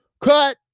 Cut